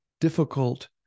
difficult